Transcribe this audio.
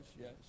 yes